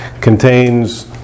contains